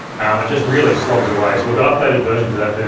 um and just really slogs away. so we've got updated versions of that,